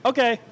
Okay